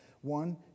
One